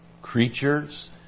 Creatures